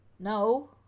No